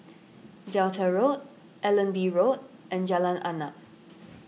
Delta Road Allenby Road and Jalan Arnap